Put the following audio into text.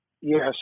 Yes